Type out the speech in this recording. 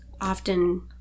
often